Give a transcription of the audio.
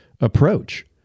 approach